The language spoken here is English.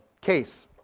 case.